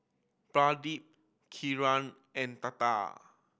Pradip Kiran and Tata